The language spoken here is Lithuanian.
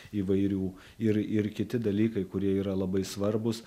įvairių ir ir kiti dalykai kurie yra labai svarbūs